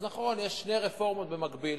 אז נכון, יש שתי רפורמות במקביל,